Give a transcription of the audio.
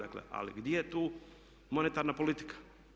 Ali gdje je tu monetarna politika.